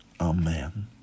Amen